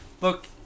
look